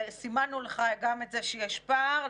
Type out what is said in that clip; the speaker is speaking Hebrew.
סימנו לך גם את זה שיש פער,